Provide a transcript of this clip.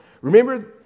Remember